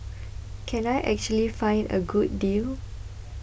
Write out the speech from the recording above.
can I actually find a good deal